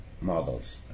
models